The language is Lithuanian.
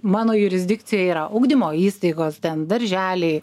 mano jurisdikcija yra ugdymo įstaigos ten darželiai